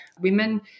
women